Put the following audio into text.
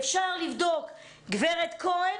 אפשר לבדוק כמה שילמה גב' כהן,